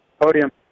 Podium